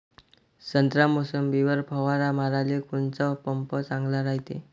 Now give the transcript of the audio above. संत्रा, मोसंबीवर फवारा माराले कोनचा पंप चांगला रायते?